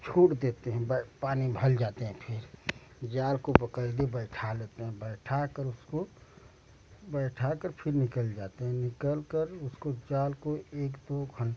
छोड़ देते हैं पानी भर जाते हैं फिर जाल को पकड़ कर बैठा लेते हैं बैठा कर उसको बैठा कर फिर निकल जाते हैं निकलकर उसको जाल को एक दो घंटे